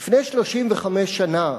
לפני 35 שנה,